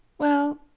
well,